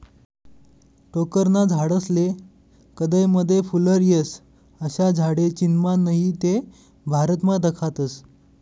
टोक्करना झाडेस्ले कदय मदय फुल्लर येस, अशा झाडे चीनमा नही ते भारतमा दखातस